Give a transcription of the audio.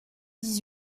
dix